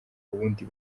ubundi